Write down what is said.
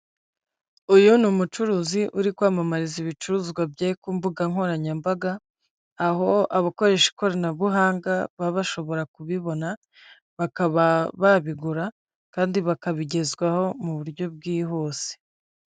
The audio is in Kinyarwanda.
Uyu ni umucuruzi uri kwamamariza ibicuruzwa bye ku mbuga nkoranyambaga aho abakoresha ikoranabuhanga baba bashobora kubibona bakaba babigura kandi bakabigezwaho mu buryo bwihuse.